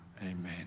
amen